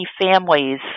families